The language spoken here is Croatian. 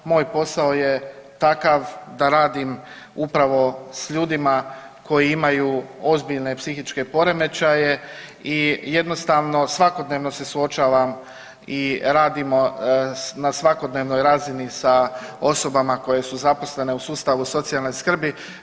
Moj posao je takav da radim upravo sa ljudima koji imaju ozbiljne psihičke poremećaje i jednostavno svakodnevno se suočavam i radimo na svakodnevnoj razini sa osobama koje su zaposlene u sustavu socijalne skrbi.